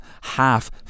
half